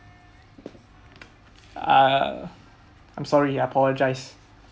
uh I'm sorry I apologise